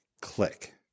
click